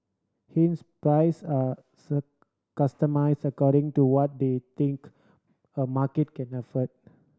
hence prices are customised according to what they think a market can afford